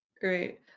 Great